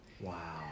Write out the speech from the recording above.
Wow